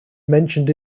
mentioned